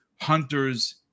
Hunter's